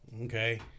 okay